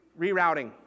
Rerouting